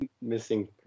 missing